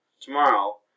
Tomorrow